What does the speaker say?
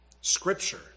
Scripture